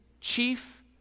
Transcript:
chief